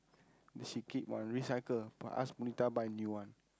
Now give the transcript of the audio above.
she keep on recycle but ask Punitha buy a new one